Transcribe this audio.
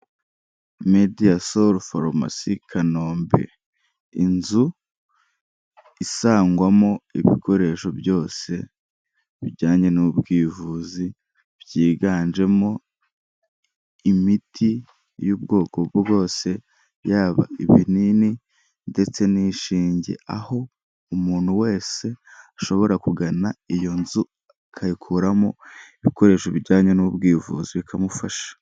Mediya soru farumasi Kanombe, inzu isangwamo ibikoresho byose bijyanye n'ubwivuzi byiganjemo imiti y'ubwoko bwose; yaba ibinini ndetse n'ishinge, aho umuntu wese ashobora kugana iyo nzu akayikuramo ibikoresho bijyanye n'ubwivuzi bikamufasha.